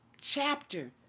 chapter